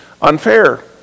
Unfair